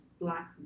black